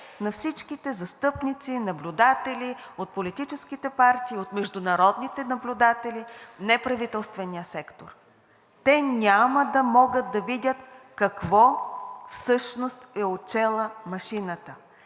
на всичките застъпници, наблюдатели от политическите партии и от международните наблюдатели в неправителствения сектор. Те няма да могат да видят какво всъщност е отчела машината.